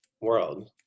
World